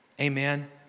amen